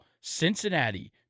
Cincinnati